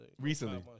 Recently